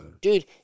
Dude